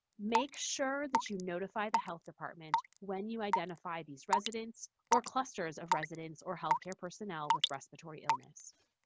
make sure that you notify the health department when you identify these residents or clusters of residents or healthcare personnel with respiratory illness.